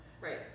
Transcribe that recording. Right